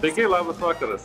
sveiki labas vakaras